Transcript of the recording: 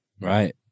Right